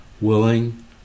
willing